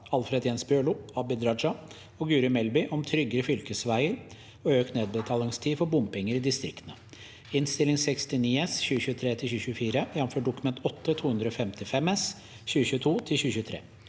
Alfred Jens Bjørlo, Abid Raja og Guri Melby om tryggere fylkesveier og økt nedbetalingstid for bompenger i distriktene (Innst. 69 S (2023–2024), jf. Dokument 8:255 S (2022–2023))